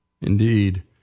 Indeed